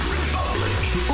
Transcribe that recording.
Republic